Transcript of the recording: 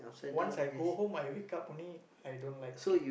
once I go home I wake up only I don't like it